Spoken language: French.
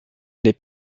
les